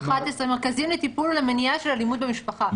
(11): מרכזים לטיפול ולמניעה של אלימות במשפחה.